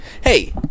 hey